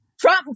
Trump